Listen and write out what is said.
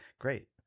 great